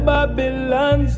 Babylon